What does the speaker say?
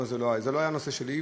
זה לא היה הנושא שלי,